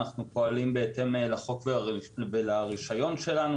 אנחנו פועלים בהתאם לחוק ולרישיון שלנו